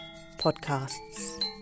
podcasts